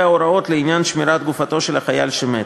הוראות לעניין שמירת גופתו של החייל שמת.